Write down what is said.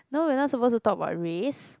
no we are not suppose to talk about race